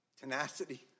tenacity